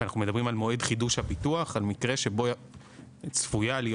ואנחנו מדברים על מועד חידוש הביטוח ועל מקרה שבו צפויה להיות